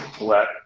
let